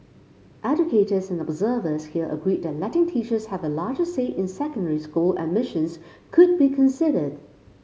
educators and observers here agreed that letting teachers have a larger say in secondary school admissions could be considered